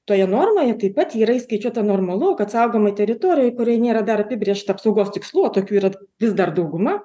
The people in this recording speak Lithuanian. toje normoje taip pat yra įskaičiuota normalu kad saugomoj teritorijoj kurioj nėra dar apibrėžta apsaugos tikslų o tokių yra vis dar dauguma